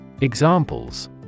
Examples